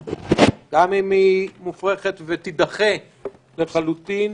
גם אם היא מופרכת ותדחה לחלוטין,